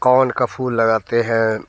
कमल का फूल लगाते हैं